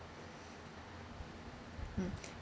mm